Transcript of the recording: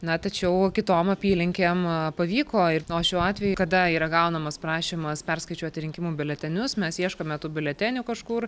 na tačiau kitom apylinkėm pavyko ir nors šiuo atveju kada yra gaunamas prašymas perskaičiuoti rinkimų biuletenius mes ieškome tų biuletenių kažkur